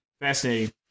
fascinating